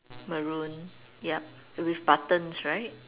maroon yup with buttons right